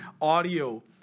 audio